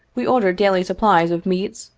we ordered daily supplies of meats,